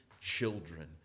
children